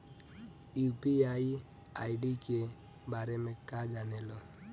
UPI ID के बारे में का जाने ल?